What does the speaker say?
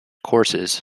courses